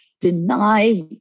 deny